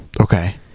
okay